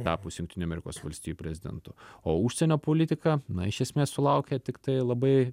tapus jungtinių amerikos valstijų prezidentu o užsienio politika na iš esmės sulaukė tiktai labai